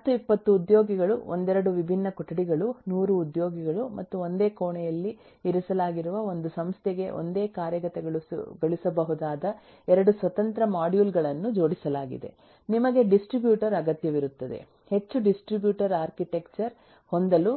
10 20 ಉದ್ಯೋಗಿಗಳು ಒಂದೆರಡು ವಿಭಿನ್ನ ಕೊಠಡಿಗಳು 100 ಉದ್ಯೋಗಿಗಳು ಮತ್ತು ಒಂದೇ ಕೋಣೆಯಲ್ಲಿ ಇರಿಸಲಾಗಿರುವ ಒಂದು ಸಂಸ್ಥೆಗೆ ಒಂದೇ ಕಾರ್ಯಗತಗೊಳಿಸಬಹುದಾದ ಎರಡು ಸ್ವತಂತ್ರ ಮಾಡ್ಯೂಲ್ ಗಳನ್ನು ಜೋಡಿಸಲಾಗಿದೆ ನಿಮಗೆ ಡಿಸ್ಟ್ರಿಬ್ಯೂಟರ್ ಅಗತ್ಯವಿರುತ್ತದೆ ಹೆಚ್ಚು ಡಿಸ್ಟ್ರಿಬ್ಯೂಟರ್ ಆರ್ಕಿಟೆಕ್ಚರ್ ಹೊಂದಲು